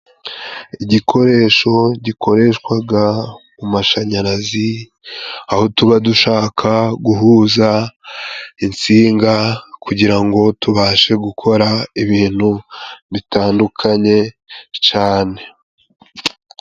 Igikoresho gikoreshwaga mu mumashanyarazi, aho tuba dushaka guhuza insinga, kugira ngo tubashe gukora ibintu bitandukanye cane.